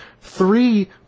Three